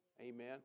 amen